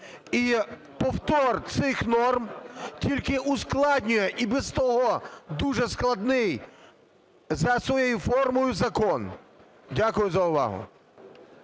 і повтор цих норм тільки ускладнює і без того дуже складний за своєю формою закон. Дякую за увагу.